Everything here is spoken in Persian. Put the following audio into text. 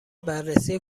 بررسی